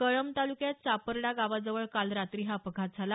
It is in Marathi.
कळंब तालुक्यात चापर्डा गावाजवळ काल रात्री हा अपघात झाला